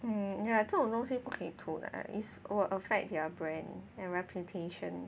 mm ya 这种东西不托 lah is will affect their brand and reputation